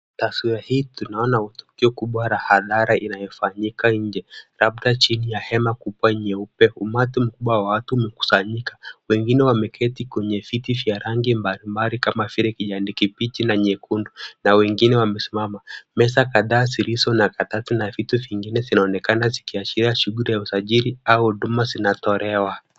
Taswira hii tunaona tukio kubwa la hadhara inayofanyika nje, labda chini ya hema kubwa nyeupe. Umati mkubwa wa watu umekusanyika. Wengine wameketi kwenye viti vya rangi mbali mbali kama vile kijani kibichi na nyekundu na wengine wamesimama. Meza kadhaa zilizo na karatasi na vitu vingine vinaonekana, zikiashiria shughuli ya usajili au huduma zinatolewa.